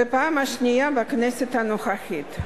בפעם השנייה בכנסת הנוכחית.